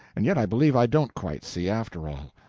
and yet i believe i don't quite see, after all.